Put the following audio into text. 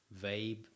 vibe